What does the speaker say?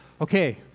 Okay